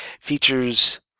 features